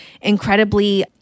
incredibly